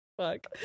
fuck